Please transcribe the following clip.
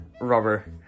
Rubber